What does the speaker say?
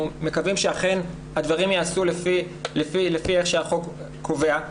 אנחנו מקווים שאכן הדברים יעשו לפי איך שהחוק קובע.